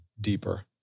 deeper